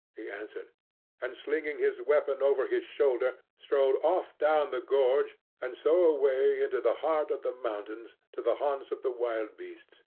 he answered and, slinging his weapon over his shoulder, strode off down the gorge and so away into the heart of the mountains to the haunts of the wild beasts.